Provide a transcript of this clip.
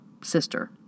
sister